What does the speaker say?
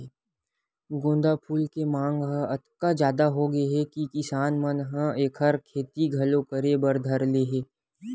गोंदा फूल के मांग ह अतका जादा होगे हे कि किसान मन ह एखर खेती घलो करे बर धर ले हे